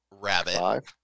Rabbit